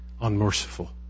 unmerciful